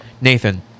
Nathan